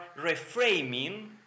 reframing